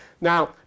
now